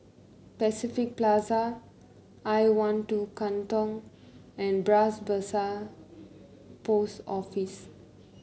Pacific Plaza I one two Katong and Bras Basah Post Office